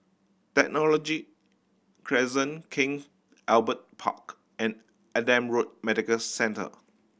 Technology Crescent King Albert Park and Adam Road Medical Centre